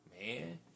Man